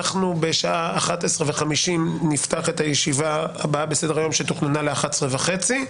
אנחנו בשעה 11:50 נפתח את הישיבה הבאה בסדר היום שתוכננה ל-11:30.